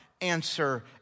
answer